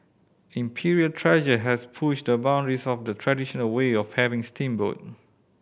Imperial Treasure has pushed the boundaries of the traditional way of having steamboat